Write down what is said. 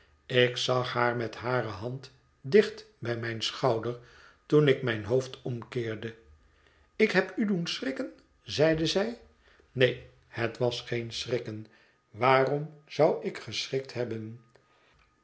ik zag haar met hare hand dicht bij mijn schouder toen ik mijn hoofd omkeerde ik heb u doen schrikken zeide zij neen het was geen schrikken waarom zou ik geschrikt hebben